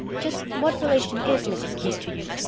just what relation is mrs. keith to you?